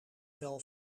vel